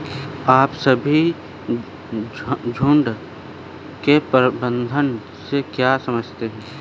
आप सभी झुंड के प्रबंधन से क्या समझते हैं?